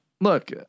look